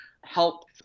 help